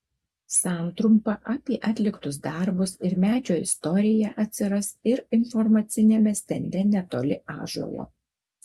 santrumpa apie atliktus darbus ir medžio istoriją atsiras ir informaciniame stende netoli ąžuolo